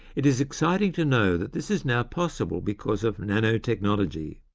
it is exciting to know that this is now possible because of nanotechnology,